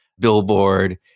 billboard